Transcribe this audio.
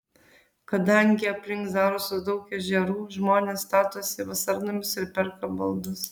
kadangi aplink zarasus daug ežerų žmonės statosi vasarnamius ir perka baldus